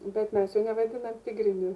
bet mes jo nevadinam tigriniu